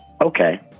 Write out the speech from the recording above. okay